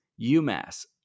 UMass